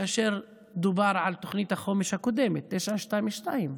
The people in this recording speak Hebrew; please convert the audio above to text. כאשר דובר על תוכנית החומש הקודמת, 922,